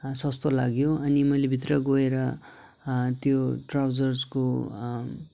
सस्तो लाग्यो अनि मैले भित्र गएर त्यो ट्राउजर्सको